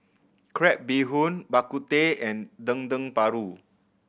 crab bee hoon Bak Kut Teh and Dendeng Paru